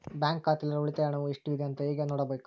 Bank ಖಾತೆಯಲ್ಲಿರುವ ಉಳಿತಾಯ ಹಣವು ಎಷ್ಟುಇದೆ ಅಂತ ಹೇಗೆ ನೋಡಬೇಕು?